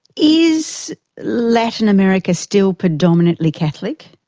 is latin america still predominantly catholic?